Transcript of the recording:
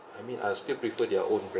I mean I still prefer their own brand